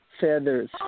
feathers